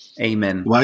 Amen